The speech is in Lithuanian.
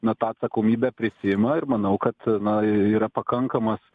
na tą atsakomybę prisiima ir manau kad na yra pakankamas